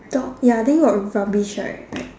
dog ya then got rubbish right like